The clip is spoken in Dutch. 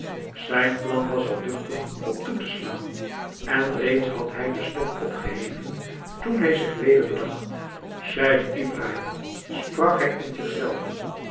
zijn plan was er duchtig op toe te slaan en reeds had hij den stok opgeheven toen hij zich weder bedacht scheich ibrahim sprak hij in zich zelven